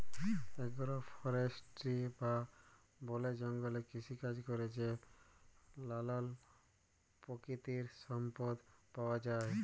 agro forestry বা বলে জঙ্গলে কৃষিকাজে ক্যরে যে লালাল পাকিতিক সম্পদ পাউয়া যায়